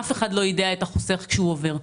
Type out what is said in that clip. אף אחד לא יידע את החוסך כשהוא עובר.